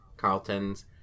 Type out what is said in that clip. Carlton's